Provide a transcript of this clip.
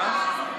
מה?